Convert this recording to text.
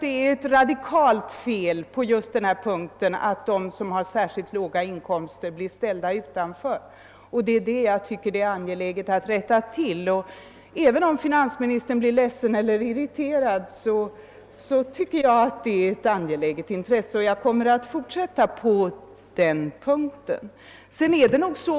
Det är ett radikalt fel att de som har särskilt låga inkomster blir ställda utanför, jag upprepar det. Även om finansministern blir ledsen eller irriterad tycker jag det är angeläget att vi rättar till detta. Jag kommer att fortsätta på den vägen.